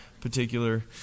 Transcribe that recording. particular